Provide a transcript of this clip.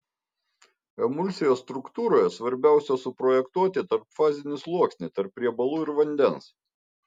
emulsijos struktūroje svarbiausia suprojektuoti tarpfazinį sluoksnį tarp riebalų ir vandens